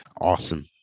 awesome